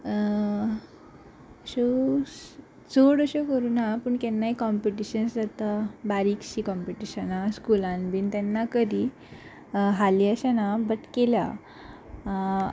अश्यो चड अश्यो करूं ना पूण केन्नाय कॉम्पिटिशन्स जाता बारिकशीं कॉम्पिटिशनां स्कुलान बीन तेन्ना करी हालीं अशें ना बट केल्या